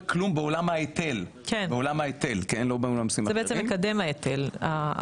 כלום בעולם ההיטל- - זה בעצם מקדם ההיטל,